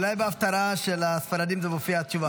אולי בהפטרה של הספרדים מופיעה התשובה.